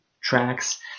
tracks